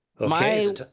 Okay